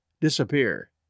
disappear